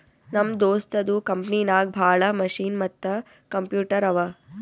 ನಮ್ ದೋಸ್ತದು ಕಂಪನಿನಾಗ್ ಭಾಳ ಮಷಿನ್ ಮತ್ತ ಕಂಪ್ಯೂಟರ್ ಅವಾ